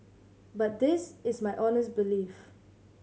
but this is my honest belief